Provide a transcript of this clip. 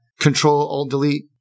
Control-Alt-Delete